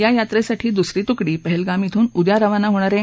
या यात्रेसाठी दुसरी तुकडी पहलगाम ध्रून उद्या रवाना होणार आहे